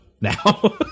now